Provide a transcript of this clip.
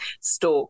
store